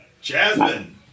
Jasmine